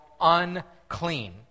unclean